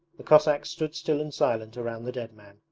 the cossacks stood still and silent around the dead man,